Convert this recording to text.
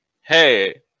Hey